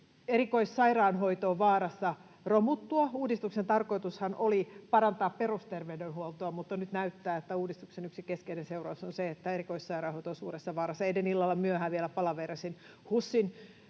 Erikoissairaanhoito on vaarassa romuttua. Uudistuksen tarkoitushan oli parantaa perusterveydenhuoltoa, mutta nyt näyttää, että uudistuksen yksi keskeinen seuraus on se, että erikoissairaanhoito on suuressa vaarassa. Eilen illalla myöhään vielä palaveerasin HUSin